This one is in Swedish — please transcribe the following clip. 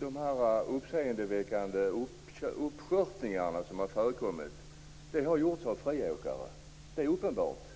De uppseendeväckande uppskörtningar som har förekommit har gjorts av friåkare. Det är uppenbart.